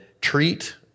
treat